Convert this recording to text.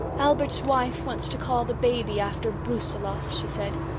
albert's wife wants to call the baby after brusiloff she said,